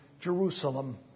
Jerusalem